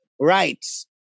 rights